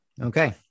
Okay